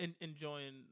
Enjoying